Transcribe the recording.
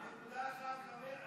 בנקודה אחת, חבר,